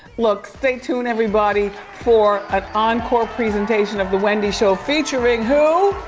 look, stay tuned, everybody, for an encore presentation of the wendy show, featuring who?